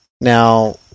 now